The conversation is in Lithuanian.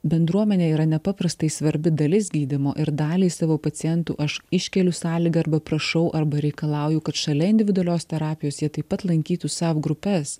bendruomenė yra nepaprastai svarbi dalis gydymo ir daliai savo pacientų aš iškeliu sąlygą arba prašau arba reikalauju kad šalia individualios terapijos jie taip pat lankytų sav grupes